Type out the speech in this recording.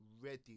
ready